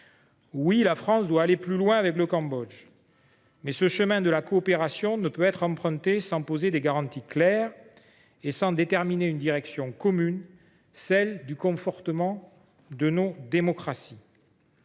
Oui, la France doit aller plus loin dans sa relation avec le Cambodge. Mais le chemin de la coopération ne peut être emprunté sans poser des garanties claires et sans déterminer une direction commune, celle du confortement de nos démocraties.